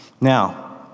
Now